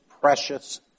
precious